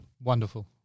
Wonderful